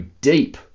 deep